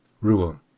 Rule